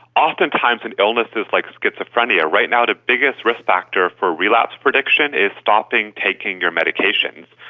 oftentimes in illnesses like schizophrenia, right now the biggest risk factor for relapse prediction is stopping taking your medications.